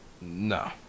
No